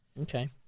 Okay